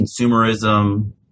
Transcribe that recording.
consumerism